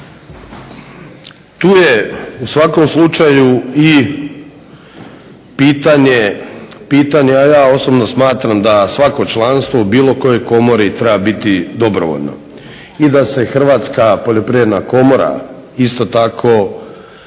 Tu je u svakom slučaju i pitanje, a ja osobno smatram da svako članstvo u bilo kojoj komori treba biti dobrovoljno i da se Hrvatska poljoprivredna komora isto tako